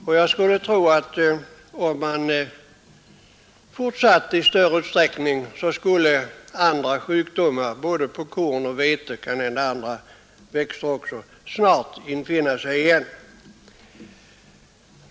Om man fortsatte i större utsträckning, skulle jag tro att andra sjukdomar, både på korn och vete — kanhända också på andra växter — snart skulle infinna sig igen.